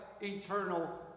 eternal